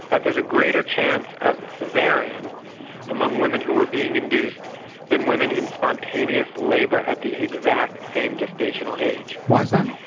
that there is a greater chance of caesarean and among women who are being induced than women in spontaneous labour at the exact same gestation or age. why is that?